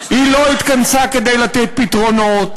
היא לא התכנסה כדי לתת פתרונות,